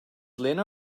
lena